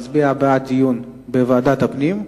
מי שמצביע בעד מצביע בעד דיון בוועדת הפנים.